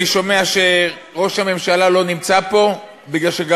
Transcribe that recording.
אני שומע שראש הממשלה לא נמצא פה מפני שגם